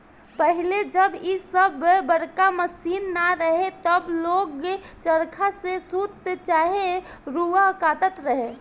पहिले जब इ सब बड़का मशीन ना रहे तब लोग चरखा से सूत चाहे रुआ काटत रहे